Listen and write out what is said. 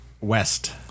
West